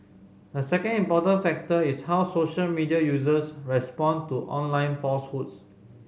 a second important factor is how social media users respond to online falsehoods